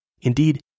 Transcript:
Indeed